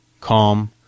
calm